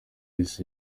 yise